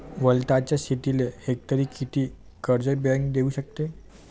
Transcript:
वलताच्या शेतीले हेक्टरी किती कर्ज बँक देऊ शकते?